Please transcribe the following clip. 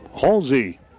Halsey